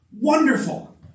wonderful